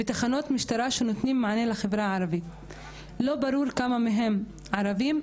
לא ברור כמה מהם ערבים.